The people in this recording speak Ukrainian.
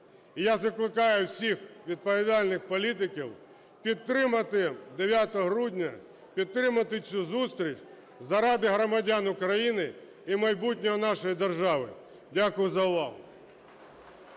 я закликаю всіх відповідальних політиків підтримати 9 грудня, підтримати цю зустріч заради громадян України і майбутнього нашої держави. Дякую за увагу.